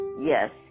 yes